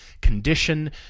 condition